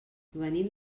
venim